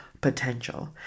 potential